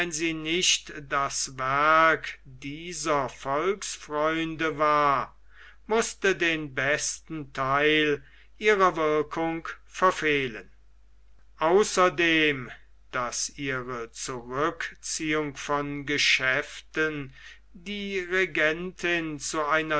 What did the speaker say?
sie nicht das werk dieser volksfreunde war mußte den besten theil ihrer wirkung verfehlen außerdem daß ihre zurückziehung von geschäften die regentin zu einer